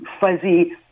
fuzzy